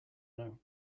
know